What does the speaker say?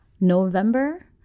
November